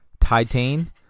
Titan